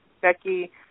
Becky